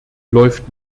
läuft